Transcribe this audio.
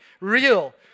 real